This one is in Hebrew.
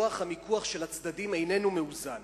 כוח המיקוח של הצדדים איננו מאוזן.